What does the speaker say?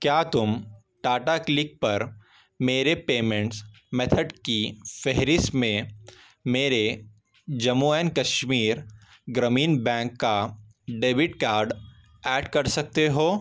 کیا تم ٹاٹا کلک پر میرے پیمینٹس میتھڈ کی فہرست میں میرے جمو این کشمیر گرمین بینک کا ڈیبٹ کارڈ ایڈ کر سکتے ہو